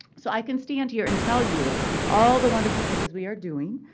so i can stand here and tell you all the wonderful things we are doing,